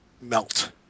melt